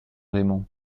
raymond